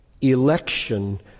election